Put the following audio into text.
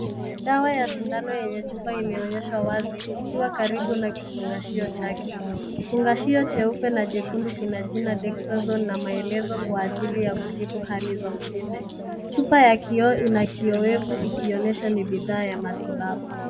Dawa ya sindano yenye chupa imeonyeshwa wazi ikiwa karibu na kufungashio chake. Kifungashio cheupe na chekundu kina jina dexazone na maelezo kwa ajili ya kutibu hali za uvimbe. Chupa ya kioo ina kiowevu ikionyesha ni bidhaa ya matibabu.